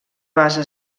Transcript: base